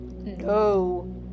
No